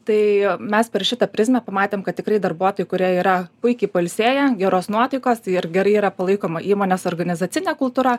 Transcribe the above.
tai mes per šitą prizmę pamatėm kad tikrai darbuotojų kurie yra puikiai pailsėję geros nuotaikos ir gerai yra palaikoma įmonės organizacinė kultūra